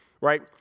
Right